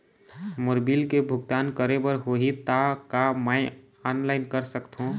मोर bill के भुगतान करे बर होही ता का मैं ऑनलाइन कर सकथों?